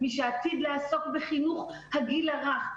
מי שעתיד לעסוק בחינוך הגיל הרך,